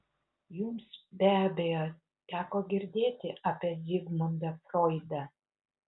jums be abejo teko girdėti apie zigmundą froidą